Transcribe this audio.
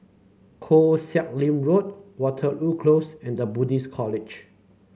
Koh Sek Lim Road Waterloo Close and The Buddhist College